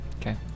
Okay